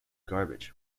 garbage